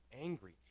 angry